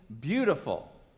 beautiful